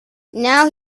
now